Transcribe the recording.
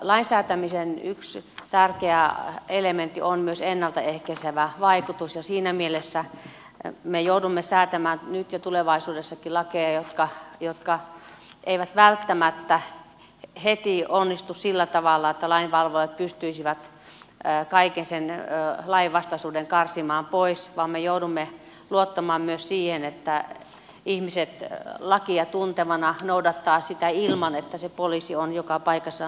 lainsäätämisen yksi tärkeä elementti on myös ennalta ehkäisevä vaikutus ja siinä mielessä me joudumme säätämään nyt ja tulevaisuudessakin lakeja jotka eivät välttämättä heti onnistu sillä tavalla että lainvalvojat pystyisivät kaiken sen lainvastaisuuden karsimaan pois vaan me joudumme luottamaan myös siihen että ihmiset lakia tuntevina noudattavat sitä ilman että se poliisi on joka paikassa nurkan takana